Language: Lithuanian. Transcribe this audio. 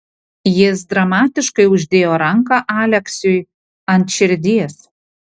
jis dramatiškai uždėjo ranką aleksiui ant širdies